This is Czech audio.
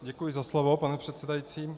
Děkuji za slovo, pane předsedající.